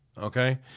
Okay